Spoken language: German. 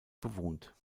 bewohnt